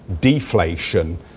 deflation